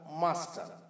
master